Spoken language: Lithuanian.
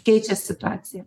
keičia situaciją